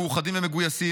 מאוחדים ומגויסים,